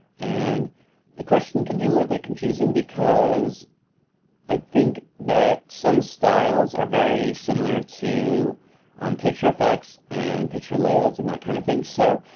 and the question can be a little bit confusing because i think that some styles are very similar to picture effects, and picture layouts, and that kind of thing. so,